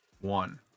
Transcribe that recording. one